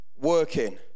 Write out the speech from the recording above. working